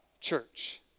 church